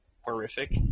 horrific